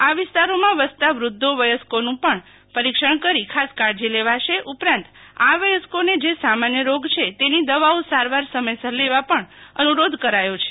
આ વિસ્તારોમાં વસતા વૃદ્ધોવયસ્કોનું પણ પરીક્ષણ કરી ખાસ કાળજી લેવાશે ઉપરાંત આ વયસ્કોને જે સામાન્ય રોગ છે તેની દવાઓ સારવાર સમયસર લેવા પણ અનુ રોધ કરાયો છે